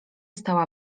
stała